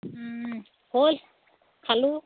হ'ল খালোঁ